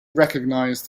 recognize